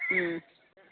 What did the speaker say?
ꯎꯝ